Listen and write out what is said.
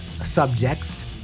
subjects